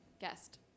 Guest